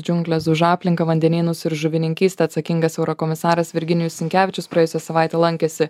džiungles už aplinką vandenynus ir žuvininkystę atsakingas eurokomisaras virginijus sinkevičius praėjusią savaitę lankėsi